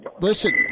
listen